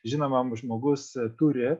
žinoma žmogus turi